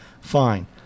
fine